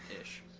ish